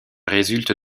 résulte